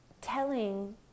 telling